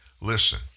Listen